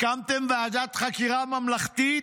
הקמתם ועדת חקירה ממלכתית?